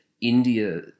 India